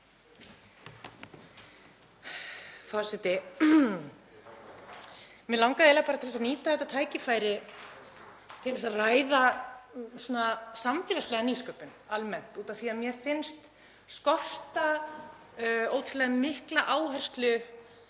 Mig langar eiginlega bara til þess að nýta þetta tækifæri til að ræða samfélagslega nýsköpun almennt. Mér finnst skorta ótrúlega mikla áherslu